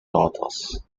daughters